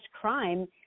crime